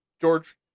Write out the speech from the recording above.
George